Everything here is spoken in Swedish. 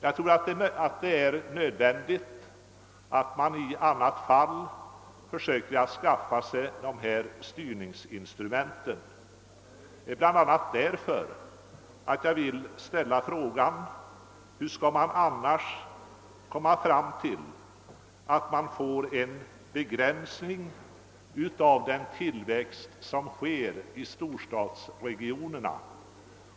Jag tror alltså att det under sådana förhållanden blir nödvändigt för samhället att skaffa styrande instrument. Bland annat därför vill jag ställa frågan: Hur skall man annars få till stånd en begränsning av den tillväxt som sker i storstadsregionerna?